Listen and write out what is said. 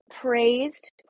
praised